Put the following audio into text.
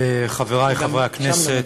חברי חברי הכנסת,